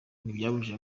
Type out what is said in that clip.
ntibyabujije